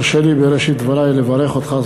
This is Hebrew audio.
הרשה לי בראשית דברי לברך אותך.